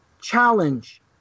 challenge